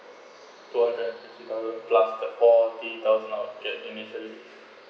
two hundred and fifty thousand plus the forty thousand I will initially